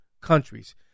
countries